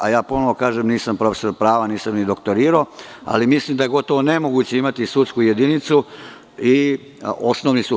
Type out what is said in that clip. Ja ponovo kažem, nisam profesor prava, nisam ni doktorirao, ali mislim da je gotovo nemoguće imati sudsku jedinicu i osnovni sud.